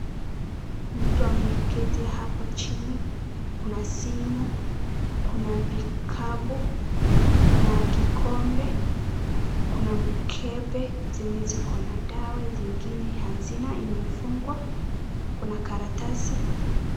Mtu ameketi hao chini kuna simu kuna vikapu kuna kikombe kuna mkebe zenye ziko na dawa zingine hazina imefungwa kuna karatasi.